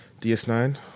DS9